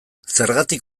zergatik